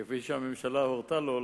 כפי שהממשלה הורתה לו,